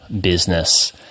business